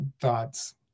thoughts